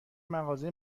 مغازه